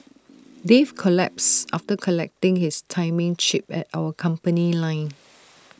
Dave collapsed after collecting his timing chip at our company line